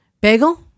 Bagel